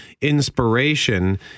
Inspiration